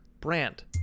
brand